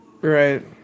Right